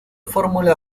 fórmula